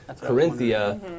Corinthia